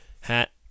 hat